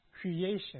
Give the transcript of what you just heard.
creation